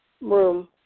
room